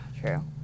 true